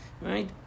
Right